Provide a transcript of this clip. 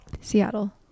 Seattle